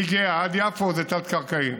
מגהה עד יפו זה תת-קרקעי.